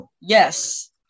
Yes